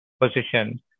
position